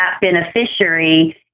beneficiary